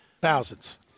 Thousands